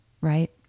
right